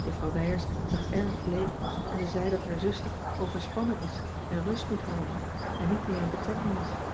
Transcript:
juffrouw wijers zag erg bleek en ze zei dat haar zuster overspannen is en rust moet houden en niet meer in betrekking mag